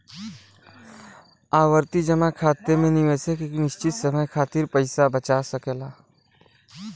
आवर्ती जमा खाता में निवेशक एक निश्चित समय खातिर पइसा बचा सकला